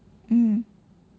mm